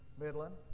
Midland